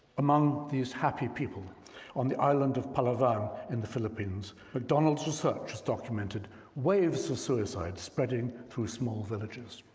among these happy people on the island of palawan in the philippines, macdonald's research has documented waves of suicide spreading through small villages.